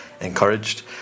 encouraged